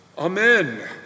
Amen